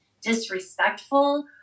disrespectful